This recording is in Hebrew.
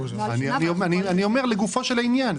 אני אומר לגופו של עניין.